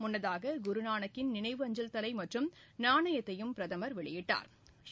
முன்னதாக குருநானக்கின் நினைவு அஞ்சல் தலைமற்றும் நாணயத்தையும் பிரதமா் வெளியிட்டாா்